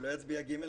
הוא יצביע מחל.